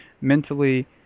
mentally